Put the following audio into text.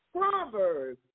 Proverbs